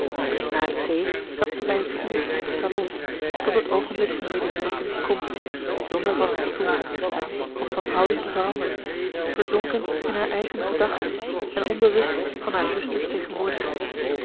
de thee zat zij bij het vuur in den salon tot het oogenblik van lady middleton's komst zonder van haar stoel op te staan of van houding te veranderen verzonken in haar eigen gedachten en onbewust van haar zusters tegenwoordigheid